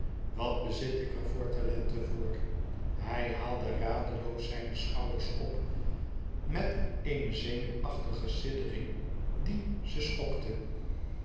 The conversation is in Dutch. wat bezit ik er voor talenten voor hij haalde radeloos zijne schouders op met eene zenuwachtige siddering die ze schokte